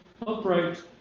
Upright